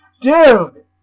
Dude